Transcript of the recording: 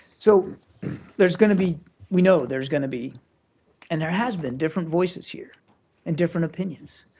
so there's going to be we know there's going to be and there has been different voices here and different opinions.